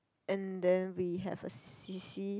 and then we have a c_c